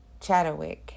Chatterwick